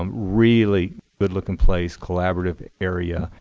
um really good looking place, collaborative area.